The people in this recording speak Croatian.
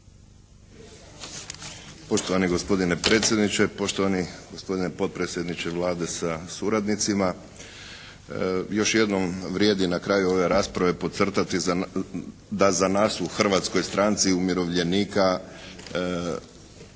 Poštovani gospodine predsjedniče, poštovani gospodine potpredsjedniče Vlade sa suradnicima. Još jednom vrijedi na kraju ove rasprave podcrtati da za nas u Hrvatskoj stranci umirovljenika